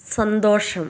സന്തോഷം